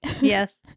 yes